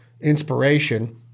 inspiration